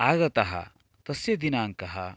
आगतः तस्य दिनाङ्कः